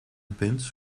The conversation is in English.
pins